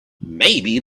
maybe